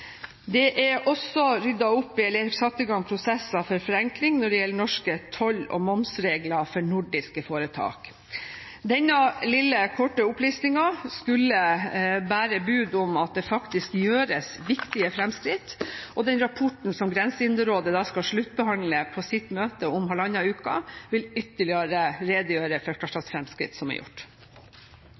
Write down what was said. Det er også satt i gang prosesser for forenkling når det gjelder norske toll- og momsregler for nordiske foretak. Denne lille, korte opplistingen skulle bære bud om at det faktisk gjøres viktige fremskritt. Og den rapporten som Grensehinderrådet skal sluttbehandle på sitt møte om halvannen uke, vil ytterligere redegjøre for hva slags fremskritt som er gjort.